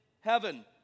heaven